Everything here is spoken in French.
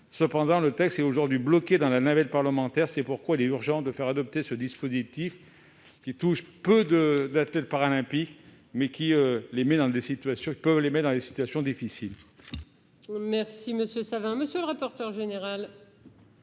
Cependant, le texte est bloqué dans la navette parlementaire. C'est pourquoi il est urgent de faire adopter ce dispositif, qui touche peu d'athlètes paralympiques, mais peut les placer dans des situations difficiles.